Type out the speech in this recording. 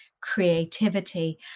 creativity